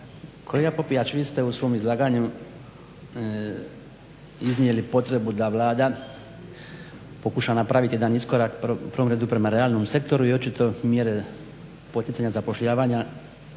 Kolega Popijač vi ste u svom izlaganju iznijeli potrebu da Vlada pokuša napraviti jedan iskorak u prvom redu prema realnom sektoru i očito mjere poticanja zapošljavanja